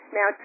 Now